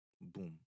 Boom